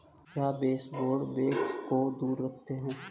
क्या baseboard bugs को दूर रखते हैं?